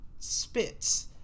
spits